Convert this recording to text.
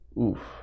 Oof